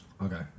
Okay